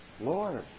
Lord